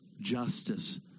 justice